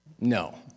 No